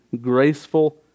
graceful